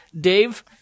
Dave